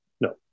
No